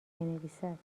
بنویسد